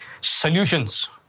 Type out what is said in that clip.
solutions